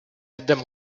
them